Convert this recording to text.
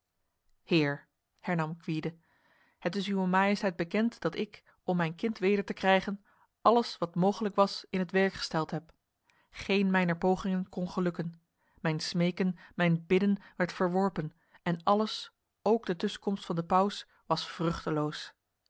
heer hernam gwyde het is uwe majesteit bekend dat ik om mijn kind weder te krijgen alles wat mogelijk was in het werk gesteld heb geen mijner pogingen kon gelukken mijn smeken mijn bidden werd verworpen en alles ook de tussenkomst van de paus was vruchteloos